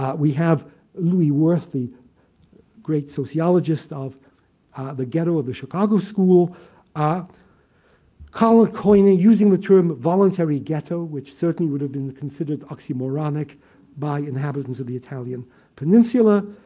ah we have louie wirth, the great sociologist of the ghetto of the chicago school, ah colin colin using the term of voluntary ghetto which certainly would have been considered oxymoronic by inhabitants of the italian peninsula.